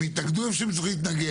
הם יתנגדו איפה שהם צריכים להתנגד,